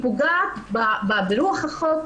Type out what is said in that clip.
היא פוגעת ברוח החוק,